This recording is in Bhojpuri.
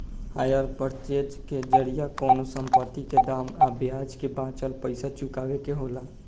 हायर पर्चेज के जरिया कवनो संपत्ति के दाम आ ब्याज के बाचल पइसा चुकावे के होला